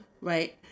right